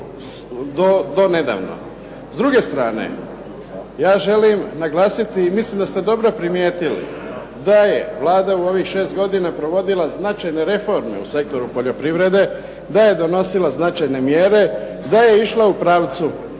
S druge strane, ja želim naglasiti i mislim da ste dobro primijetili da je Vlada u ovih šest godina provodila značajne reforme u sektoru poljoprivrede, da je donosila značajne mjere, da je išla u pravcu povećanja